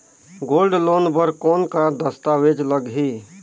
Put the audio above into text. Gold loan बर कौन का दस्तावेज लगही?